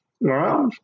right